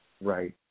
Right